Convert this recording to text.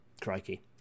crikey